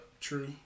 True